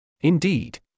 Indeed